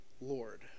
Lord